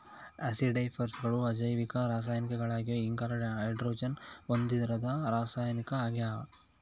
ಆಸಿಡಿಫೈಯರ್ಗಳು ಅಜೈವಿಕ ರಾಸಾಯನಿಕಗಳಾಗಿವೆ ಇಂಗಾಲ ಹೈಡ್ರೋಜನ್ ಹೊಂದಿರದ ರಾಸಾಯನಿಕ ಆಗ್ಯದ